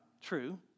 true